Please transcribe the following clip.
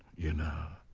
you know?